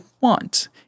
want